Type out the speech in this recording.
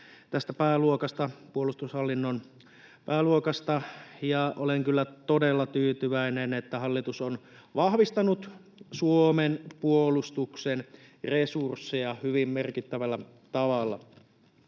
tästä puolustushallinnon pääluokasta, ja olen kyllä todella tyytyväinen, että hallitus on vahvistanut Suomen puolustuksen resursseja hyvin merkittävällä tavalla.